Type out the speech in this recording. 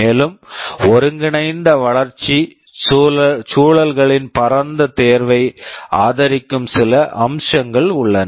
மேலும் ஒருங்கிணைந்த வளர்ச்சி சூழல்களின் பரந்த தேர்வை ஆதரிக்கும் சில அம்சங்கள் உள்ளன